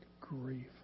grief